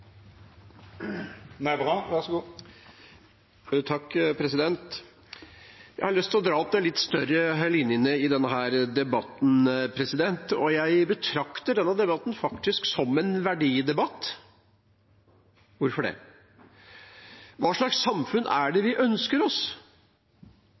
Jeg har lyst til å dra opp de litt større linjene i denne debatten. Jeg betrakter faktisk denne debatten som en verdidebatt. Hvorfor det? Hva slags samfunn er det